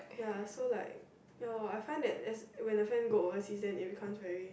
ya so like ya I find that as when a friend go overseas then it's become very